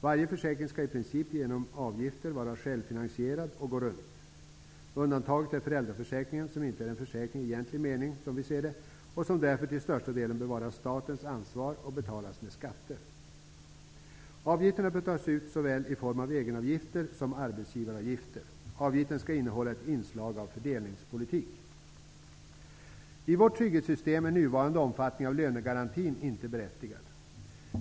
Varje försäkring skall i princip vara självfinansierad genom avgifter och gå runt. Undantagen är föräldraförsäkringen, vilken enligt vår uppfattning inte är en försäkring i egentlig mening och som därför till största delen bör vara statens ansvar och betalas med skatter. Avgifterna bör tas ut i form av såväl egenavgifter som arbetsgivaravgifter. Avgiften skall innehålla ett inslag av fördelningspolitik. I vårt trygghetssystem är nuvarande omfattning av lönegarantin inte berättigad.